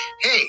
Hey